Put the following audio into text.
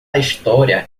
história